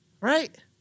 Right